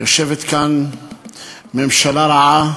יושבת כאן ממשלה רעה,